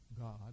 God